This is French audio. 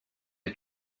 est